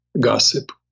gossip